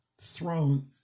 throne